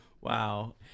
Wow